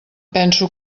penso